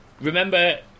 remember